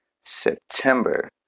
September